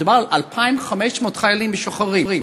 מדובר ב-2,500 חיילים משוחררים,